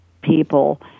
people